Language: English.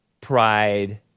pride